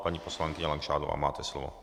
Paní poslankyně Langšádlová, máte slovo.